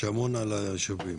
שאמון על הישובים,